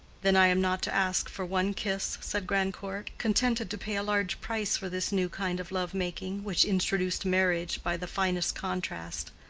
then i am not to ask for one kiss, said grandcourt, contented to pay a large price for this new kind of love-making, which introduced marriage by the finest contrast.